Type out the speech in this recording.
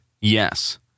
Yes